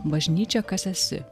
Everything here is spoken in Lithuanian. bažnyčia kas esi